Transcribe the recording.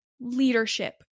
leadership